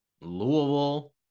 Louisville